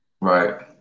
Right